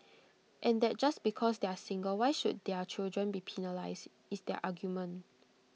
and that just because they are single why should their children be penalised is their argument